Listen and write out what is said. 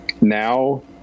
now